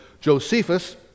Josephus